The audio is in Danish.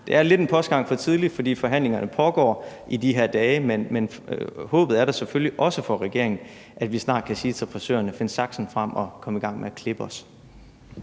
Det er lidt en postgang for tidligt, fordi forhandlingerne pågår i de her dage, men håbet er der selvfølgelig også for regeringen, at vi snart kan sige til frisørerne: Find saksen frem, og kom i gang med at klippe os.